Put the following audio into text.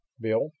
Bill